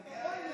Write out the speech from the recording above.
ועדיין אין להם.